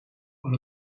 aan